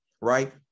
right